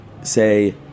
say